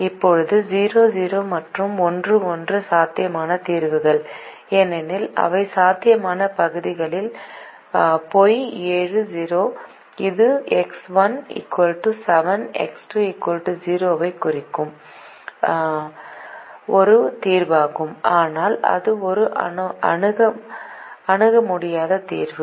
இப்போது 0 0 மற்றும் 1 1 சாத்தியமான தீர்வுகள் ஏனெனில் அவை சாத்தியமான பகுதியில் பொய் 7 0 இது X1 7 X2 0 ஐக் குறிக்கும் ஒரு தீர்வாகும் ஆனால் இது ஒரு அணுக முடியாத தீர்வு